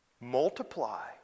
Multiply